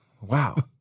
Wow